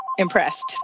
Impressed